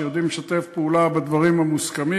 שיודעים לשתף פעולה בדברים המוסכמים.